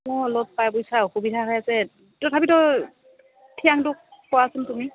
মোৰ অলপ পা পইচা অসুবিধা হৈ আছে তথাপিতো থিৰাঙটো কৰাচোন তুমি